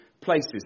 Places